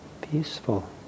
peaceful